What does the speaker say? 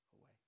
away